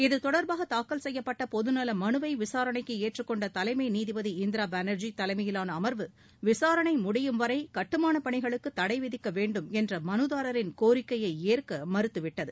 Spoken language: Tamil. இத்தொடர்பாக தாக்கல் செய்யப்பட்ட பொதுநல மனுவை விசாரணைக்கு ஏற்றுக்கொண்ட தலைமை நீதிபதி இந்திரா பானா்ஜி தலைமையிலான அமா்வு விசாரணை முடியும் வரை கட்டுமானப் பணிகளுக்கு தடை விதிக்க வேண்டும் என்ற மனுதாரரின் கோரிக்கையை ஏற்க மறுத்துவிட்டது